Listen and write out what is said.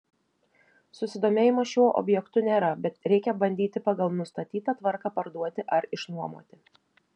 susidomėjimo šiuo objektu nėra bet reikia bandyti pagal nustatytą tvarką parduoti ar išnuomoti